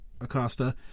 Acosta